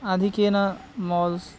आधिक्येन माल्स्